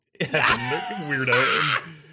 weirdo